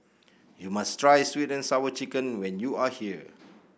you must try sweet and Sour Chicken when you are here